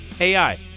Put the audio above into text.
ai